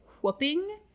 whooping